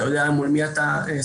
אתה יודע מול מי אתה סוחר,